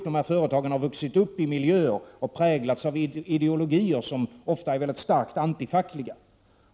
De här företagen har vuxit upp i miljöer och präglats av ideologier som ofta är mycket starkt antifackliga.